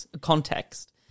context